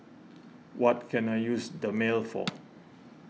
what can I use Dermale for